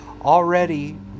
already